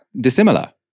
dissimilar